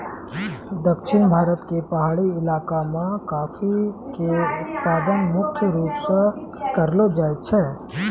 दक्षिण भारत के पहाड़ी इलाका मॅ कॉफी के उत्पादन मुख्य रूप स करलो जाय छै